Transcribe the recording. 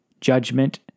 judgment